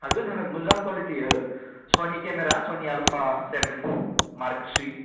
हागोन हागोन मोजां quality Sony camera Sony Alpha seven Mark three